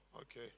okay